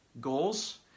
goals